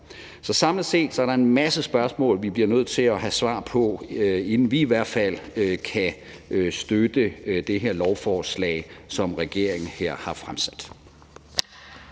Så samlet set er der en masse spørgsmål, vi bliver nødt til at have et svar på, inden vi i hvert fald kan støtte det lovforslag, som regeringen her har fremsat.